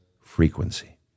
frequency